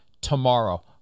tomorrow